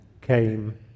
came